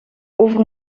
over